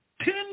ten